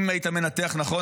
אם היית מנתח נכון,